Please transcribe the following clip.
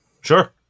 Sure